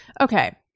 Okay